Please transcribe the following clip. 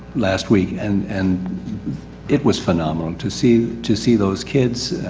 last week, and, and it was phenomenal. to see, to see those kids,